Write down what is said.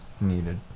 needed